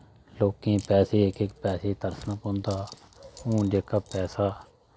लोकें पैसे इक इक पैसे तरसना पौंदा हून जेह्का पैसा